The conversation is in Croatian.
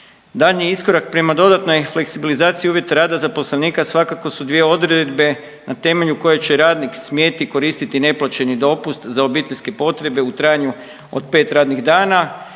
Daljnji iskorak prema dodatnoj fleksibilizaciji uvjeta rada zaposlenika svakako su dvije odredbe na temelju koje će radnik smjeti koristiti neplaćeni dopust za obiteljske potrebe u trajanju od 5 radnih dana.